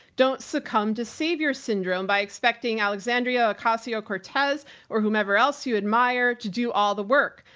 don't succumb to savior syndrome by expecting alexandria ocasio cortez or whomever else you admire to do all the work.